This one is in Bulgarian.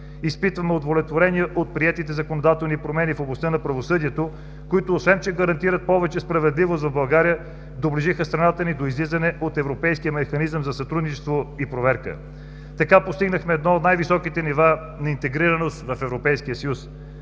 Изпитваме удовлетворение от приетите законодателни промени в областта на правосъдието, които освен че гарантират повече справедливост в България, доближиха страната ни до излизане от европейския механизъм за сътрудничество и проверка. Така постигнахме едно от най-високите нива на интегрираност в Европейския съюз.